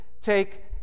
take